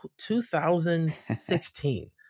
2016